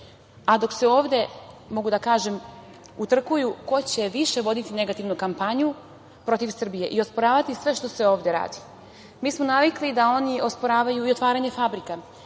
dok se ovde, mogu da kažem, utrkuju ko će više voditi negativnu kampanju protiv Srbije i osporavati sve što se ovde radi. Mi smo navikli da oni osporavaju i otvaranje fabrika.